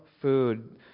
food